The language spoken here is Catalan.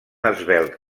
esvelt